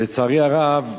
לצערי הרב,